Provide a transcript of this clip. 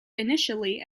initially